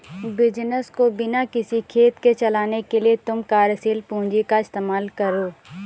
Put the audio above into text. business को बिना किसी खेद के चलाने के लिए तुम कार्यशील पूंजी का इस्तेमाल करो